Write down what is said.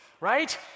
right